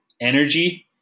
energy